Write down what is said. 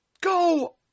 Go